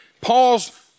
Paul's